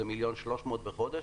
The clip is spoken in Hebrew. זה מיליון ו-300,000 שקלים בחודש,